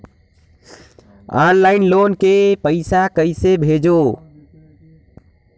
Online loan के पईसा कइसे भेजों?